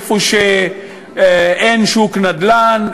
איפה שאין שוק נדל"ן,